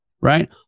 right